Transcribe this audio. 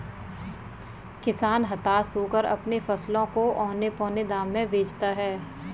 किसान हताश होकर अपने फसलों को औने पोने दाम में बेचता है